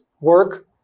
work